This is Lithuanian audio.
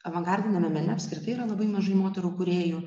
avangardiniame mene apskritai yra labai mažai moterų kūrėjų